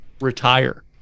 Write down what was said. retire